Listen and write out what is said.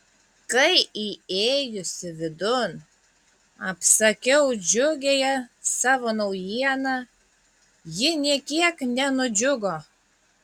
kai įėjusi vidun apsakiau džiugiąją savo naujieną ji nė kiek nenudžiugo